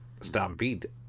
Stampede